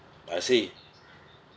I see